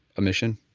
a mission